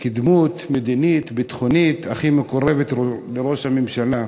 כדמות מדינית, ביטחונית, הכי מקורבת לראש הממשלה,